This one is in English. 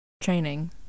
training